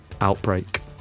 outbreak